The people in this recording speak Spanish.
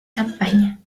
campaña